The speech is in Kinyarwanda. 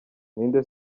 ninde